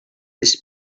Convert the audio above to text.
his